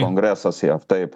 kongresas jav taip